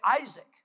Isaac